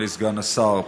אדוני סגן השר,